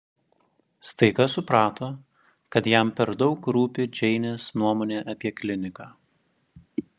staiga suprato kad jam per daug rūpi džeinės nuomonė apie kliniką